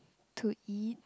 to eat